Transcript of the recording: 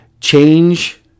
change